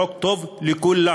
זה חוק טוב לכולם.